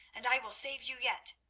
and i will save you yet.